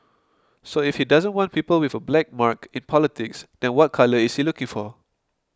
so if he doesn't want people with a black mark in politics then what colour is he looking for